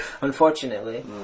Unfortunately